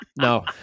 no